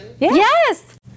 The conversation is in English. Yes